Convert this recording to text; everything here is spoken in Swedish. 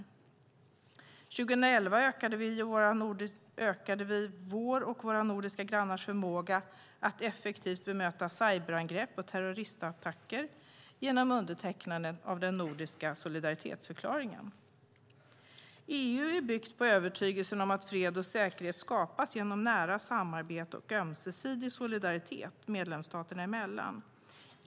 År 2011 ökade vi vår och våra nordiska grannars förmåga att effektivt bemöta cyberangrepp och terroristattacker genom undertecknandet av den nordiska solidaritetsförklaringen. EU är byggt på övertygelsen om att fred och säkerhet skapas genom nära samarbete och ömsesidig solidaritet medlemsstaterna emellan.